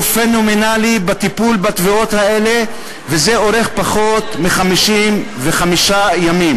פנומנלי בטיפול בתביעות האלה וזה אורך פחות מ-55 ימים,